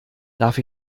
darf